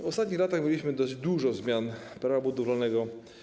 W ostatnich latach mieliśmy dość dużo zmian Prawa budowlanego.